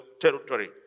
territory